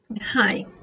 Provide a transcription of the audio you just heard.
Hi